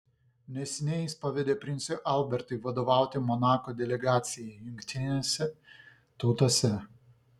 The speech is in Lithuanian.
neseniai jis pavedė princui albertui vadovauti monako delegacijai jungtinėse tautose